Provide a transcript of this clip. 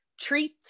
treat